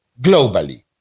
globally